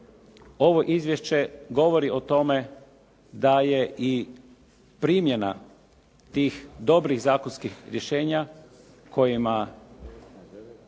ovo izvješće govori o tome da je i primjena tih dobrih zakonskih rješenja kojima